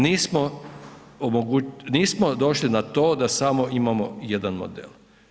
Nismo došli na to da samo imamo jedan model.